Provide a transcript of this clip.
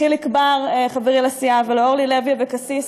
לחיליק בר, חברי לסיעה, ולאורלי לוי אבקסיס,